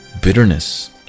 bitterness